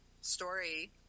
story